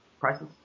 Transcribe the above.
prices